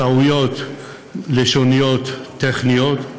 טעויות לשוניות-טכניות,